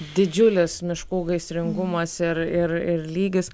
didžiulis miškų gaisringumas ir ir ir lygis